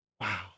Wow